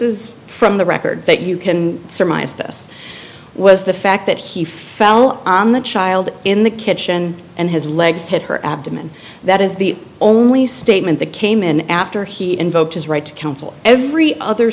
is from the record that you can surmise this was the fact that he fell on the child in the kitchen and his leg hit her abdomen that is the only statement that came in after he invoked his right to counsel every other